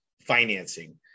financing